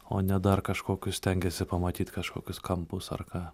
o ne dar kažkokius stengiesi pamatyt kažkokius kampus ar ką